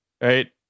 right